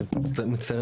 אני מצטער,